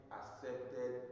accepted